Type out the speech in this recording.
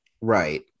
right